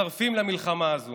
מצטרפים למלחמה הזאת